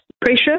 pressure